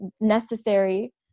necessary